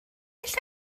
alla